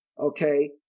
Okay